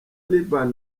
liban